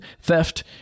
theft